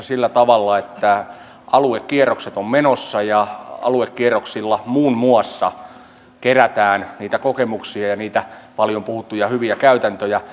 sillä tavalla että aluekierrokset ovat menossa ja aluekierroksilla muun muassa kerätään niitä kokemuksia ja niitä paljon puhuttuja hyviä käytäntöjä